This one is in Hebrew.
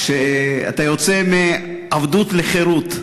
אתה יוצא מעבדות לחירות.